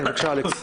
בבקשה, אלכס.